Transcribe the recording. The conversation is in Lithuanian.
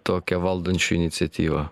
tokią valdančių iniciatyvą